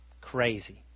crazy